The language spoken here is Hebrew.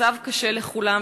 המצב קשה לכולם,